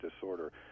disorder